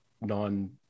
non